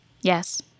Yes